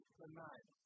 tonight